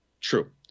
True